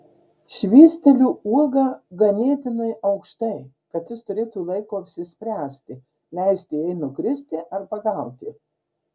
švysteliu uogą ganėtinai aukštai kad jis turėtų laiko apsispręsti leisti jai nukristi ar pagauti